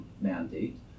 mandate